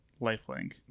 Lifelink